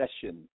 session